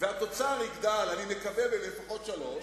והתוצר יגדל, אני מקווה, בלפחות 3,